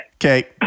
Okay